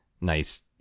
nice